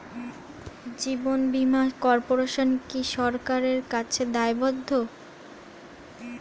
জীবন বীমা কর্পোরেশন কি সরকারের কাছে দায়বদ্ধ?